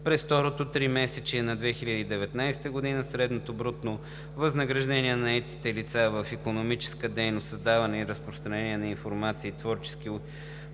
През второто тримесечие на 2019 г. средното брутно възнаграждение на наетите лица в икономическата дейност „Създаване и разпространение на информация, творчески